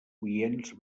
oients